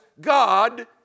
God